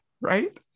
Right